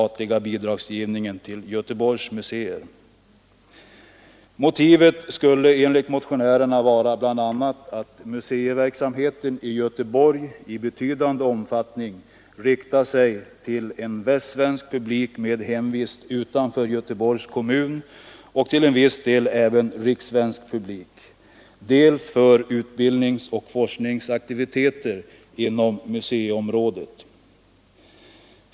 Motivet skulle enligt motionärerna vara bl.a. att museiverksamheten i Göteborg i betydande omfattning riktar sig till en västsvensk publik med hemvist utanför kommunen och till viss del även till en rikssvensk publik.